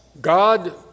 God